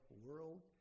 world